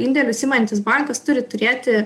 indėlius imantis bankas turi turėti